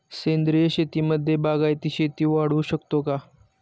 सेंद्रिय शेतीमध्ये बागायती शेती वाढवू शकतो का?